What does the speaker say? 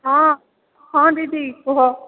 ହଁ ହଁ ଦିଦି କୁହ